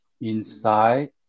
inside